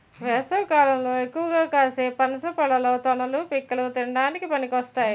వేసవికాలంలో ఎక్కువగా కాసే పనస పళ్ళలో తొనలు, పిక్కలు తినడానికి పనికొస్తాయి